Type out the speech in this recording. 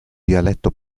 dialetto